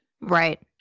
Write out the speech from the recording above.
Right